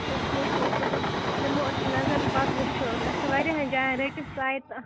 اَچھا اَچھا صبُحس دِمو أسۍ نَظر تہٕ پَتہٕ وٕچھو أسۍ اَسہِ چھ واریاہَن جایَن رٔٹِتھ سَے تہٕ